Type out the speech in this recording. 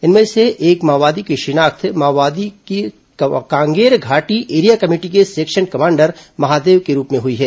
इनमें से एक माओवादी की शिनाख्त माओवादियों की कांगेर घाटी एरिया कमेटी के सेक्शन कमांडर महादेव के रूप में हुई है